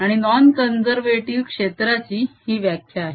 आणि non conservative क्षेत्राची ही व्याख्या आहे